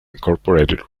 incorporated